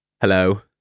Hello